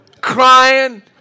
crying